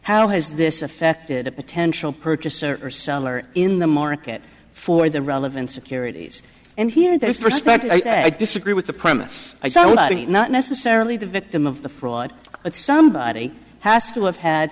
how has this affected a potential purchaser or seller in the market for the relevant securities and here there's a perspective i disagree with the premis not necessarily the victim of the fraud but somebody has to have had